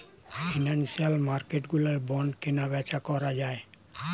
financial মার্কেটগুলোয় bond কেনাবেচা করা যায়